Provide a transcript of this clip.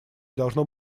должно